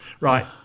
Right